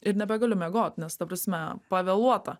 ir nebegaliu miegot nes ta prasme pavėluota